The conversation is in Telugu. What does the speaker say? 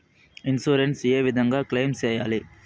ఇన్సూరెన్సు ఏ విధంగా క్లెయిమ్ సేయాలి?